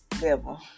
devil